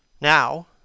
Now